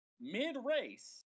mid-race